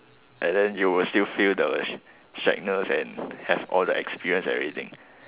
and then you will still feel the sh~ shagness and have all the experience and everything